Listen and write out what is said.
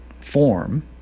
form